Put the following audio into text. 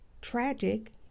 tragic